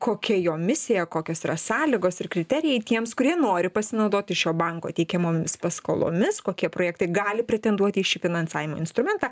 kokia jo misija kokios yra sąlygos ir kriterijai tiems kurie nori pasinaudoti šio banko teikiamomis paskolomis kokie projektai gali pretenduot į šį finansavimo instrumentą